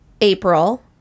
April